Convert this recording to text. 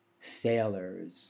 sailors